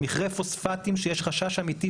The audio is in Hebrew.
מכרה פוספטים שיש חשש אמיתי,